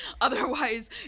Otherwise